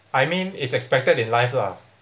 I mean it's expected in life lah